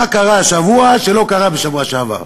מה קרה השבוע שלא קרה בשבוע שעבר?